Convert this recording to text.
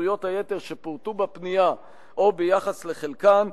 לזכויות היתר שפורטו בפנייה או ביחס לחלקן,